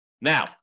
Now